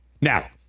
Now